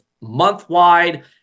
month-wide